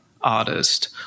artist